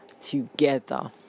together